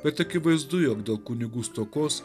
bet akivaizdu jog dėl kunigų stokos